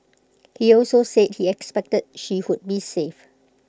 he also said he expected she would be saved